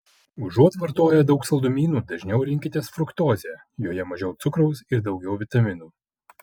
užuot vartoję daug saldumynų dažniau rinkitės fruktozę joje mažiau cukraus ir daugiau vitaminų